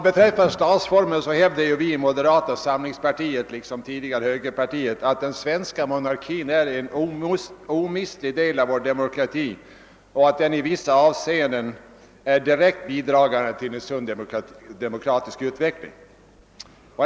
Beträffande statsformen hävdar moderata samlingspartiet, liksom tidigare högerpartiet, att den svenska monarkin är en omistlig del av vår demokrati och att den i vissa avseenden är direkt bidragande till en sund demokratisk utveckling.